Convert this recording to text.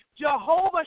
Jehovah